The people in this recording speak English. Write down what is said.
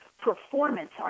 performance